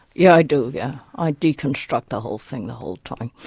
yeah i do, yeah i deconstruct the whole thing the whole time.